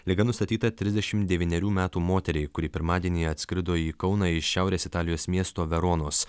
liga nustatyta trisdešimt devynerių metų moteriai kuri pirmadienį atskrido į kauną iš šiaurės italijos miesto veronos